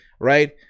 right